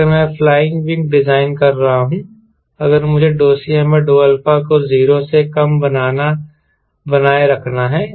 अगर मैं flying wing design कर रहा हूं अगर मुझे CmCa को 0 से कम बनाए रखना है